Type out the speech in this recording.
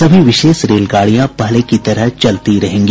सभी विशेष रेलगाड़ियां पहले की तरह चलती रहेंगी